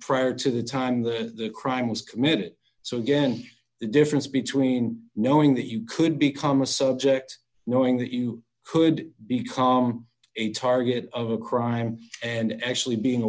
prior to the time the crime was committed so again the difference between knowing that you could become a subject knowing that you could become a target of a crime and actually being